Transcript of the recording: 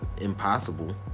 impossible